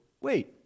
wait